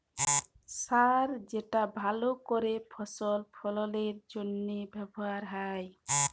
সার যেটা ভাল করেক ফসল ফললের জনহে ব্যবহার হ্যয়